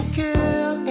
girl